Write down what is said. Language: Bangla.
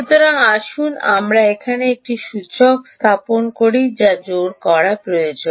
সুতরাং আসুন আমরা এখানে একটি সূচক স্থাপন করি যা জোর করা প্রয়োজন